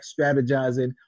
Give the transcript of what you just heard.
strategizing